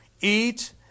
eat